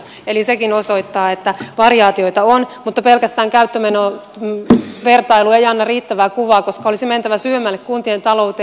eli sekin osoittaa että variaatioita on mutta pelkästään käyttömenovertailu ei anna riittävää kuvaa koska olisi mentävä syvemmälle kuntien talouteen